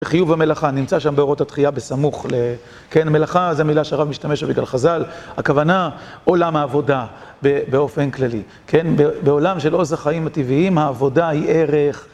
חיוב המלאכה נמצא שם באורות התחייה בסמוך ל... כן, מלאכה, זו המילה שהרב משתמש בגלל חז"ל, הכוונה עולם העבודה באופן כללי, כן? בעולם של עוז החיים הטבעיים העבודה היא ערך